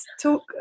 talk